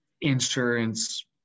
insurance